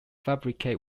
fabricate